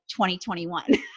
2021